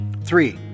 Three